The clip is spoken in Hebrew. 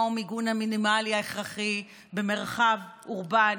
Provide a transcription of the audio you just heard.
צריך להגדיר מהו המיגון המינימלי ההכרחי במרחב אורבני,